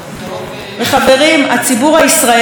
לנו הרבה פעמים אומרים: זה מה שהציבור בחר.